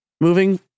moving